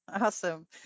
Awesome